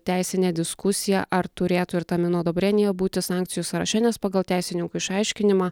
teisinė diskusija ar turėtų ir ta minudobrėnija būti sankcijų sąraše nes pagal teisininkų išaiškinimą